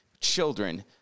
children